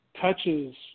touches